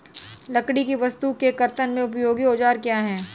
लकड़ी की वस्तु के कर्तन में उपयोगी औजार क्या हैं?